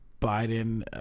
Biden –